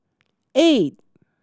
eight